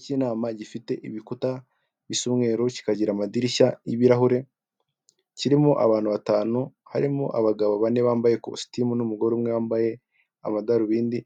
Cy'inama gifite ibikuta bisa umweru kikagira amadirishya y'ibirahure kirimo abantu batanu harimo abagabo bane bambaye ikositimu n'umugore umwe wambaye amadarubindi,